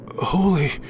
Holy